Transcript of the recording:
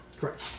Correct